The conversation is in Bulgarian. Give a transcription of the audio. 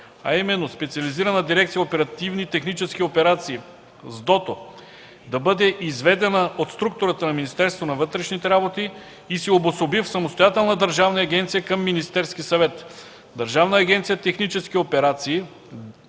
а именно Специализирана дирекция „Оперативни технически операции” (СДОТО) да бъде изведена от структурата на Министерството на вътрешните работи и се обособи в самостоятелна държавна агенция към Министерския съвет. Държавна агенция „Технически операции”